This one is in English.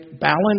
balance